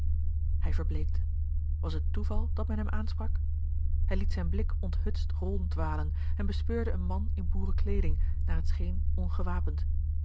hij verbleekte was het toeval dat men hem aansprak hij liet zijn blik onthutst ronddwalen en bespeurde een man in boerenkleeding naar het scheen ongewapend